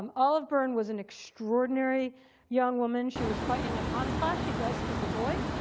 um olive byrne was an extraordinary young woman. she was quite an iconoclast. she dressed as a boy,